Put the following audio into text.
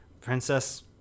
princess